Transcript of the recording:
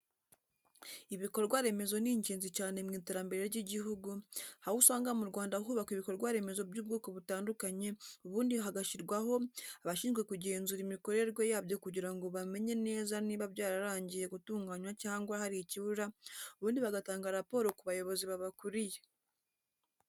Ibikorwa remezo ni ingenzi cyane mu iterambere ry'igihugu, aho usanga mu Rwanda hubakwa ibikorwa remezo by'ubwoko butandukanye ubundi hagashyirwaho abashinzwe kugenzura imikorerwe yabyo kugira ngo bamenye neza niba byararangiye gutunganywa cyangwa hari ikibura ubundi bagatanga raporo ku bayobozi babakuriye.